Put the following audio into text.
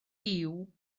giw